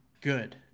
good